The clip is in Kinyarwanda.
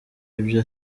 ibyo